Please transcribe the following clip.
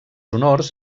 honors